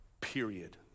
period